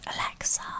Alexa